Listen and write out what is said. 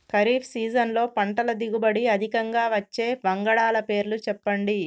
ఖరీఫ్ సీజన్లో పంటల దిగుబడి అధికంగా వచ్చే వంగడాల పేర్లు చెప్పండి?